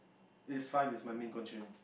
this five is my main constrain